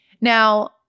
Now